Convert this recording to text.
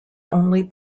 only